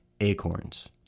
acorns